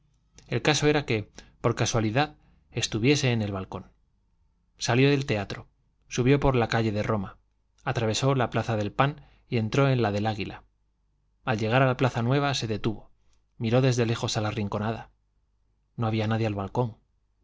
el caso era que por casualidad estuviese en el balcón salió del teatro subió por la calle de roma atravesó la plaza del pan y entró en la del águila al llegar a la plaza nueva se detuvo miró desde lejos a la rinconada no había nadie al balcón